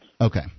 Okay